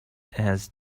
has